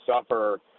suffer